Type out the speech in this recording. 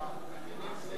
אנחנו מכינים,